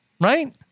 Right